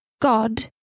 god